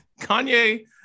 Kanye